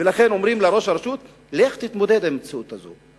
ולכן אומרים לראש הרשות: לך תתמודד עם המציאות הזאת.